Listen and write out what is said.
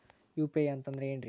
UPI ಅಂತಂದ್ರೆ ಏನ್ರೀ?